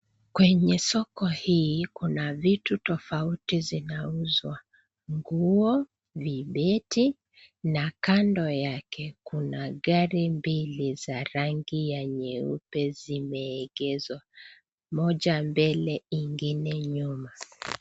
Kwenye soko hii kuna vitu tofauti zinauzwa; nguo, vibeti na kando yake kuna gari mbili za rangi ya nyeupe zimeegeshwa, moja mbele ingine nyuma.